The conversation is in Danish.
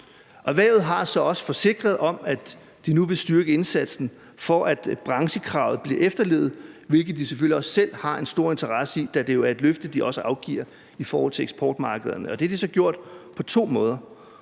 Erhvervet har så også forsikret om, at de nu vil styrke indsatsen for, at branchekravet bliver efterlevet, hvilket de selvfølgelig også selv har en stor interesse i, da det jo er et løfte, de også afgiver i forhold til eksportmarkederne. Det har de så gjort på to måder.